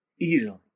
easily